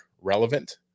relevant